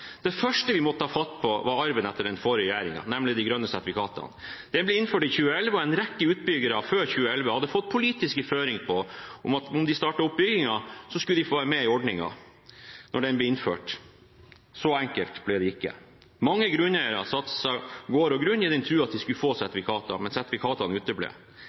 Det første vi måtte ta fatt på, var arven etter den forrige regjeringen, nemlig de grønne sertifikatene. Det ble innført i 2011, og en rekke utbyggere før 2011 hadde fått politiske føringer på at om de startet opp byggingen, skulle de få være med i ordningen når den ble innført. Så enkelt ble det ikke. Mange grunneiere satset gård og grunn i den tro at de skulle få sertifikater, men sertifikatene uteble.